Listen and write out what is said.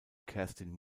kerstin